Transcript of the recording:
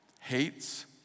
hates